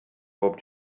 bob